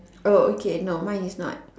oh okay no mine is not